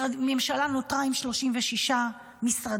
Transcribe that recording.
הממשלה נותרה עם 36 משרדים,